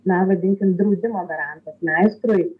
na vadinkim draudimo garantas meistrui